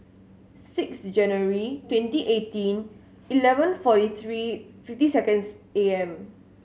six January twenty eighteen eleven forty three fifty seconds A M